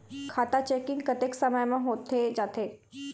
खाता चेकिंग कतेक समय म होथे जाथे?